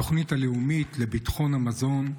התוכנית הלאומית לביטחון המזון,